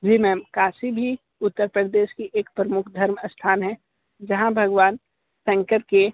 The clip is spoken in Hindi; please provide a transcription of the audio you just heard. जी मैम काशी भी उत्तर प्रदेश की एक प्रमुख धर्म स्थान हैं जहाँ भगवान शंकर के